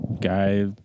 guy